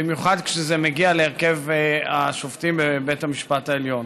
במיוחד כשזה מגיע להרכב השופטים בבית המשפט העליון.